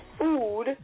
food